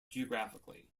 geographically